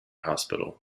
hospital